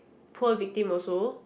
poor victim also